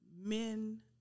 men